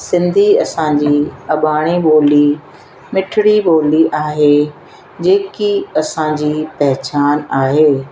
सिंधी असांजी अबाणी ॿोली मिठिड़ी ॿोली आहे जेकी असांजी पहिचानु आहे